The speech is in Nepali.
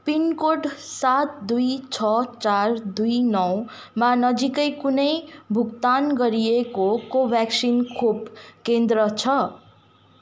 पिनकोड सात दुई छ चार दुई एक मा नजिकै कुनै पनि भुक्तान गरिएको कोभ्याक्सिन खोप केन्द्र छ